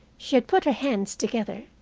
she had put her hands together.